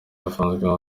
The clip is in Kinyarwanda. yafunzwe